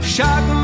Shock